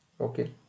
Okay